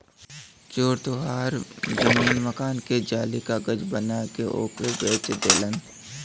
चोर तोहार जमीन मकान के जाली कागज बना के ओके बेच देलन